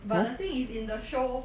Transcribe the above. but the thing is in the show